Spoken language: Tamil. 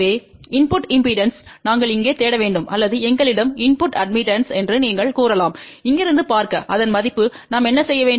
எனவே இன்புட் இம்பெடன்ஸ் நாங்கள் இங்கே தேட வேண்டும் அல்லது எங்களிடம் இன்புட் அட்மிட்டன்ஸ் என்று நீங்கள் கூறலாம் இங்கிருந்து பார்க்க அதன் மதிப்பு நாம் என்ன செய்ய வேண்டும்